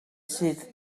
sydd